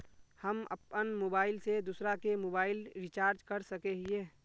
हम अपन मोबाईल से दूसरा के मोबाईल रिचार्ज कर सके हिये?